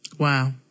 Wow